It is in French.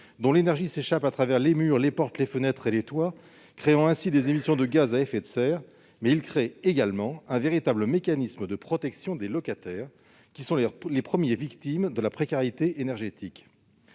d'où l'énergie s'échappe à travers les murs, les portes, les fenêtres et les toits, provoquant des émissions de gaz à effet de serre. Il crée également un véritable mécanisme de protection des locataires, lesquels sont d'ailleurs les premières victimes de la précarité énergétique.